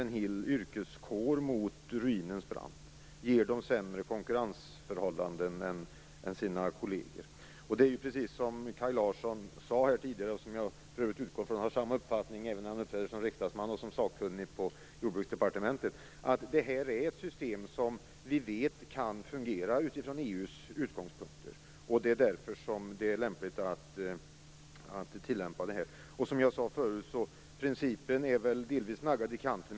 De svenska yrkesfiskarna har sämre konkurrensförhållanden än sina kolleger. Systemet med avdrag är ett system som kan fungera utifrån EU:s utgångspunkter, precis som Kaj Larsson sade. För övrigt utgår jag från att han har samma uppfattning när han uppträder som riksdagsman som när han är sakkunnig på Jordbruksdepartementet. Det är lämpligt att använda sig av systemet med skatteavdrag. Principen är delvis redan naggad i kanten.